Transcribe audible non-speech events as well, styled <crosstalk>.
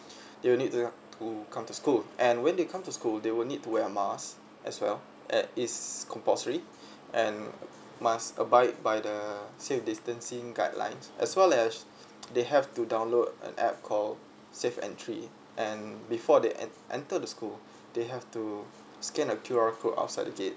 they will need to to come to school and when they come to school they will need to wear a mask as well at it's compulsory <breath> and must abide by the safe distancing guidelines as well as they have to download an app call safe entry and before they en~ enter the school they have to scan the Q_R code outside the gate